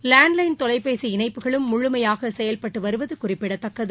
land line தொலைபேசி இணைப்புகளும் முழுமையாக செயல்பட்டு வருவது குறிப்பிடத்தக்கது